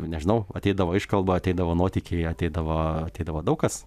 nežinau ateidavo iškalba ateidavo nuotykiai ateidavo ateidavo daug kas